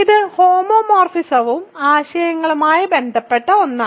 ഇത് ഹോമോമോർഫിസവും ആശയങ്ങളുമായി ബന്ധപ്പെട്ട ഒന്നാണ്